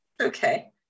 Okay